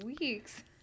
weeks